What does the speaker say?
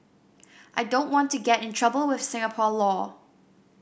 I don't want to get in trouble with Singapore law